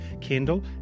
Kendall